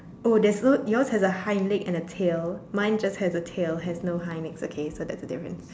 oh there's no yours has a hind leg and a tail mine just has a tail has no hind legs okay so that's the difference